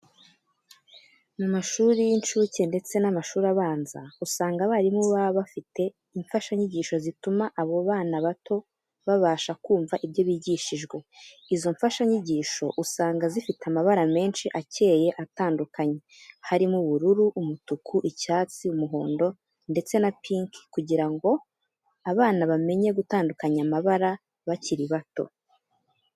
Mu mashuri y'incuke ndetse n'amashuri abanza, usanga abarimu baba bafite imfashanyigisho zituma abo bana bato babasha kumva ibyo bigishijwe. Izo mfashanyigisho, usanga zifite amabara menshi akeye atandukanye, harimo ubururu, umutuku, icyatsi, umuhondo, ndetse na pinki kugira ngo abana bamenye gutandukanya amabara bakiri bato.